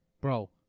bro